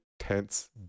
Tense